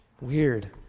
Weird